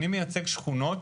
אני מייצג שכונות,